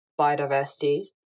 biodiversity